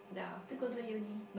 to go to uni